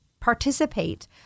participate